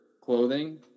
clothing